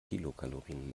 kilokalorien